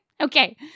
Okay